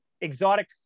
exotic